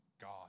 God